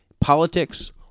politics